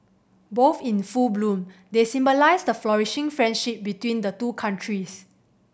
both in full bloom they symbolise the flourishing friendship between the two countries